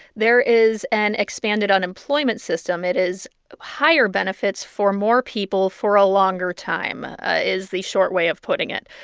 there is an expanded unemployment system. it is higher benefits for more people for a longer time, is the short way of putting it.